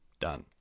done